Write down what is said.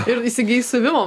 ir įsigyjai siuvimo